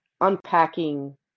unpacking